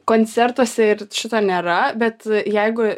koncertuose ir šito nėra bet jeigu